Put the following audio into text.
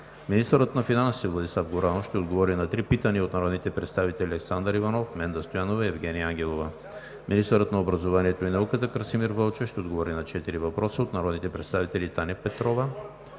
Министърът на финансите Владислав Горанов ще отговори на три питания от народните представители Александър Иванов; Менда Стоянова; и Евгения Ангелова. 4. Министърът на образованието и науката Красимир Вълчев ще отговори на четири въпроса от народните представители Таня Петрова